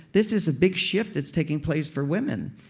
this is a big shift that's taking place for women.